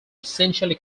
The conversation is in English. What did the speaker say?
essentially